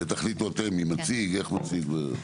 ותחליטו אתם מי מציג, איך מציגים.